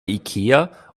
ikea